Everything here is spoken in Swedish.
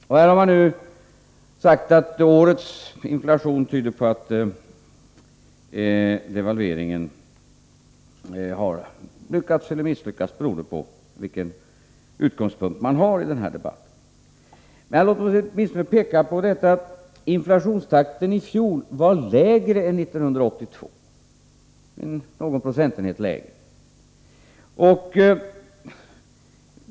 Nu har det sagts att förra årets inflation tyder på att devalveringen har lyckats eller misslyckats, beroende på vilka utgångspunkter man har i denna debatt. Men låt mig åtminstone peka på att inflationstakten i fjol var lägre än under 1982 — någon procentenhet lägre.